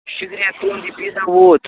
شُکریہ تُہٕنٛد یہِ پیٖزا ووت